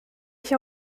ich